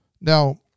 Now